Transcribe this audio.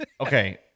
okay